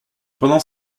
pendant